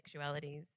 sexualities